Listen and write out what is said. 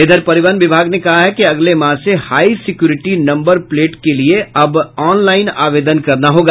इधर परिवहन विभाग ने कहा है कि अगले माह से हाई सेक्यूरिटी नम्बर प्लेट के लिये अब ऑनलाइन आवेदन करना होगा